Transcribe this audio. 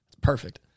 perfect